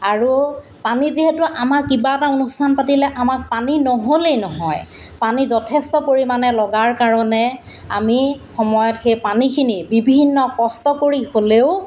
আৰু পানী যিহেতু আমাক কিবা এটা অনুষ্ঠান পাতিলে আমাক পানী নহ'লেই নহয় পানী যথেষ্ট পৰিমাণে লগাৰ কাৰণে আমি সময়ত সেই পানীখিনি বিভিন্ন কষ্ট কৰি হ'লেও